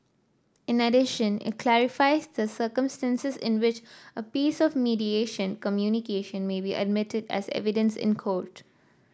in addition it clarifies the circumstances in which a piece of mediation communication may be admitted as evidence in court